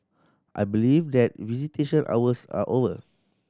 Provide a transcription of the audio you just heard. I believe that visitation hours are over